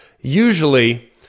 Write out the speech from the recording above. Usually